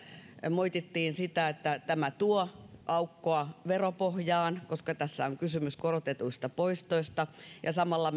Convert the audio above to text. moitittiin sitä että tämä tuo aukkoa veropohjaan koska tässä on kysymys korotetuista poistoista samalla